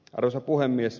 arvoisa puhemies